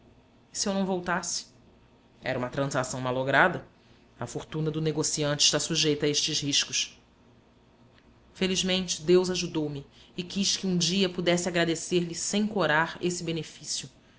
se eu não voltasse era uma transação malograda a fortuna do negociante está sujeita a estes riscos felizmente deus ajudou me e quis que um dia pudesse agradecer-lhe sem corar esse benefício